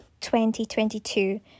2022